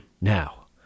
Now